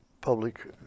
public